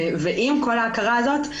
עם כל ההכרה הזאת,